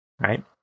right